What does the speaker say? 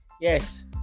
Yes